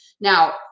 Now